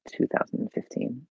2015